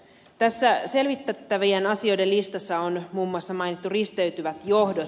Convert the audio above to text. tässä selvitettävien asioiden listassa on muun muassa mainittu risteytyvät johdot